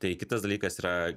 tai kitas dalykas yra